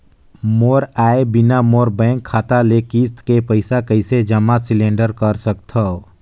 मोर आय बिना मोर बैंक खाता ले किस्त के पईसा कइसे जमा सिलेंडर सकथव?